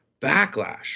backlash